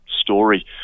story